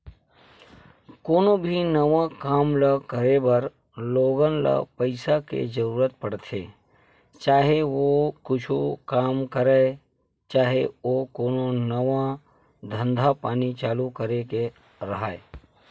कोनो भी नवा काम ल करे बर लोगन ल पइसा के जरुरत पड़थे, चाहे ओ कुछु काम राहय, चाहे ओ कोनो नवा धंधा पानी चालू करे के राहय